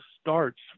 starts